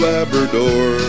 Labrador